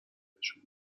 بینشون